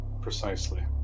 Precisely